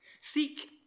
Seek